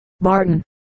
Barton